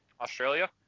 Australia